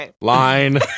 Line